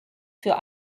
für